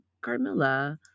Carmilla